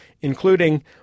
including